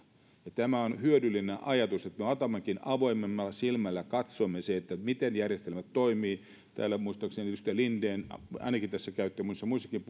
tämä on hyödyllinen ajatus että me otamme ja avoimemmalla silmällä katsomme miten järjestelmät toimivat täällä muistaakseni ainakin edustaja lindenin ja monissa muissakin